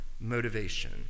motivation